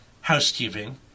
housekeeping